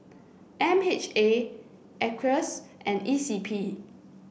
M H A Acres and E C P